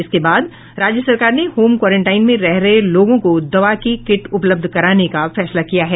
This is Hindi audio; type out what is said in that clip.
इसके बाद राज्य सरकार ने होम क्वारेंटाइन में रह रहे लोगों को दवा की किट उपलब्ध कराने का फैसला किया है